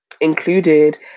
included